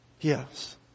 Yes